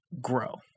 grow